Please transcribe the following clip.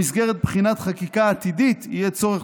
במסגרת בחינת חקיקה עתידית יהיה צורך